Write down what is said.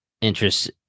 interest